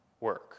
work